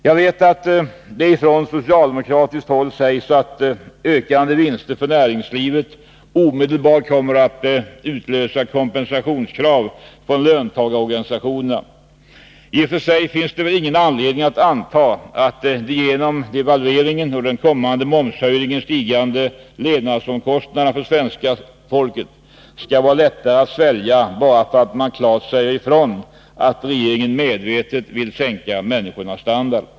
Jag vet att det från socialdemokratiskt håll sägs att ökande vinster för näringslivet omedelbart kommer att utlösa kompensationskrav från löntagarorganisationerna. I och för sig finns det väl ingen anledning att anta att de till följd av devalveringen och den kommande momshöjningen stigande levnadsomkostnaderna för svenska folket skall vara lättare att svälja bara för att man klart säger ifrån att regeringen medvetet vill sänka människornas standard.